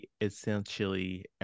essentially